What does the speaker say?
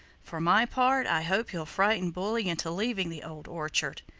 for my part i hope he'll frighten bully into leaving the old orchard.